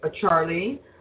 Charlie